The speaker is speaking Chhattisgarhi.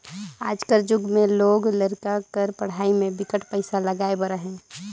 आज कर जुग में लोग लरिका कर पढ़ई में बिकट पइसा लगाए बर अहे